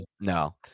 no